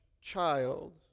child